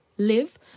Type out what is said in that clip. Live